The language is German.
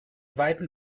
weiten